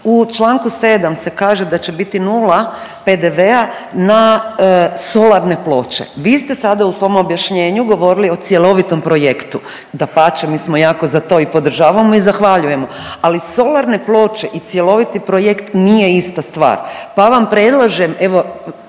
u članku 7. se kaže da će biti nula PDV-a na solarne ploče. Vi ste sada u svom objašnjenju govorili o cjelovitom projektu. Dapače, mi smo jako za to i podržavamo i zahvaljujemo, ali solarne ploče i cjeloviti projekt nije ista stvar, pa vam predlažem